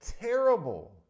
Terrible